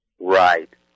Right